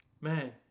man